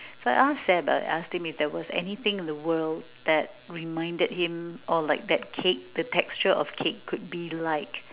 so I asked Seb I asked him if there was anything in the world that reminded him or like that cake the texture of cake could be like